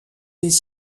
les